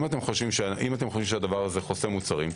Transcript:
אם אתם חושבים שזה חוסם מוצרים,